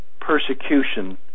persecution